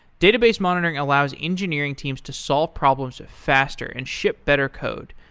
database monitoring allows engineering teams to solve problems faster and ship better code.